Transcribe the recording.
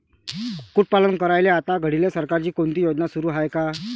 कुक्कुटपालन करायले आता घडीले सरकारची कोनची योजना सुरू हाये का?